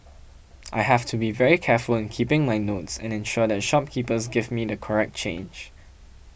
I have to be very careful in keeping my notes and ensure that shopkeepers give me the correct change